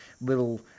little